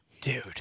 Dude